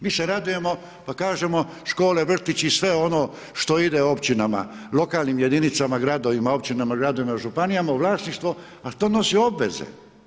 Mi se radujemo, pa kažemo, škole vrtići i sve ono što ide općinama, lokalnim jedinicama, gradovima općinama, gradovima, županijama, u vlasništvo, ali to nosi obveze.